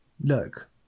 look